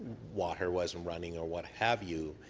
water wasn't running or what have you.